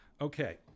Okay